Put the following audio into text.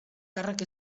càrrec